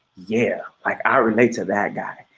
yeah, like i relate to that guy.